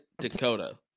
Dakota